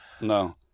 No